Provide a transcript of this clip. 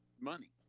money